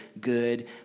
good